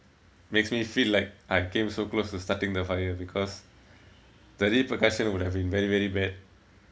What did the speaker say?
makes me feel like I came so close to starting the fire because the repercussion would have been very very bad